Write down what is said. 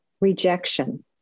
Rejection